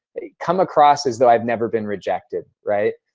it come across as though i've never been rejected, right?